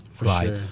Right